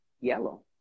yellow